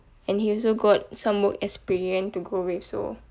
and he also got some work experience to go with so